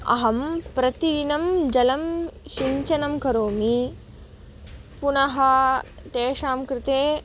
अहं प्रतिदिनं जलं सिञ्चनं करोमि पुनः तेषां कृते